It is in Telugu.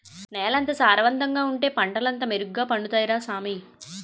నేలెంత సారవంతంగా ఉంటే పంటలంతా మెరుగ్గ పండుతాయ్ రా సామీ